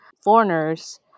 foreigners